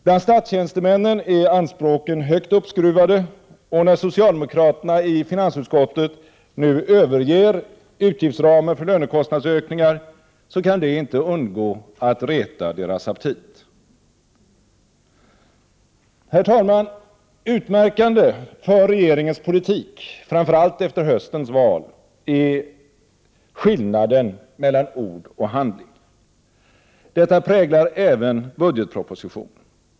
Bland statstjänstemännen är anspråken högt uppskruvade, och när socialdemokraterna i finansutskottet överger utgiftsramen för lönekostnadsökningar, kan det inte undgå att reta deras aptit. Herr talman! Utmärkande för regeringens politik — framför allt efter höstens val — är skillnaden mellan ord och handling. Detta präglar även budgetpropositionen.